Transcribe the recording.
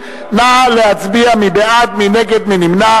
הוא נמצא בעיר לונדון,